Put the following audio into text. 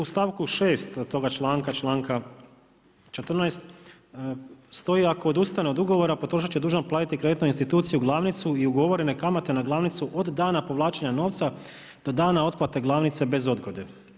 U stavku 6. toga članka, članka 14. stoji ako odustane od ugovora potrošač je dužan platiti kreditnoj instituciji glavnicu i ugovorene kamate na glavnicu od dana povlačenja novca do dana otplate glavnice bez odgode.